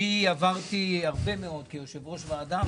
עברתי הרבה מאוד כיושב-ראש ועדה,